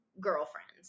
girlfriends